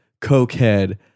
cokehead